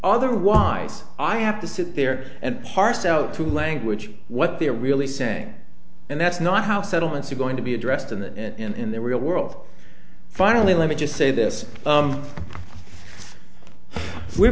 otherwise i have to sit there and parse out through language what they're really saying and that's not how settlements are going to be addressed in the in the real world finally let me just say this